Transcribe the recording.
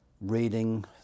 reading